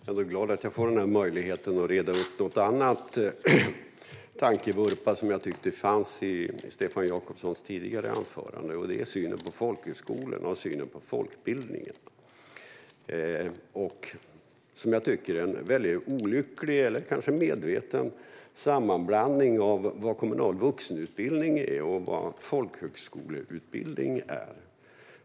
Fru talman! Jag är glad att jag får den här möjligheten att reda upp en annan tankevurpa som jag tyckte fanns i Stefan Jakobssons tidigare anförande. Det gäller synen på folkhögskolan och folkbildningen. Jag tycker att det fanns en väldigt olycklig, eller kanske medveten, sammanblandning av vad kommunal vuxenutbildning respektive folkhögskoleutbildning är.